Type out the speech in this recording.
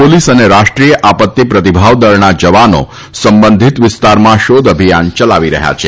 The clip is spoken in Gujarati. પોલીસ અને રાષ્ટ્રીય આપત્તી પ્રતિભાવ દળના જવાનો સંબંધીત વિસ્તારમાં શોધ અભિયાન યલાવી રહ્યા છે